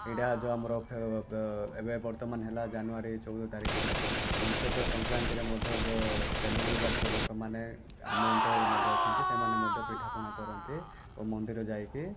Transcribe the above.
ଏଇଟା ଯେଉଁ ଆମର ଏବେ ବର୍ତ୍ତମାନ ହେଲା ଜାନୁୟାରୀ ଚଉଦ ତାରିଖରେ ମୁଖ୍ୟତଃ ସଂକ୍ରାନ୍ତିରେ ମଧ୍ୟ ଯେଉଁ ତେଲୁଗୁ ଜାତିର ଲୋକମାନେ ଆମ ଅଞ୍ଚଳରେ ମଧ୍ୟ ଅଛନ୍ତି ସେମାନେ ମଧ୍ୟ ପିଠାପଣା କରନ୍ତି ଓ ମନ୍ଦିର ଯାଇକି